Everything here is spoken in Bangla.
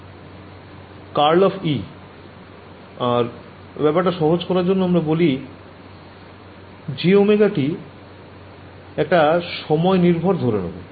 ∇× E আর ব্যপার টা সহজ করার জন্য আমরা jωt একটা সময় নির্ভর ধরে নেবো